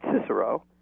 Cicero